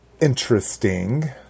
interesting